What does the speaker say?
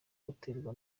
uterwa